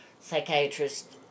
psychiatrist